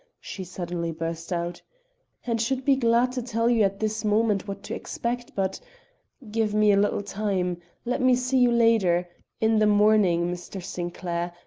she suddenly burst out and should be glad to tell you at this moment what to expect but give me a little time let me see you later in the morning, mr. sinclair,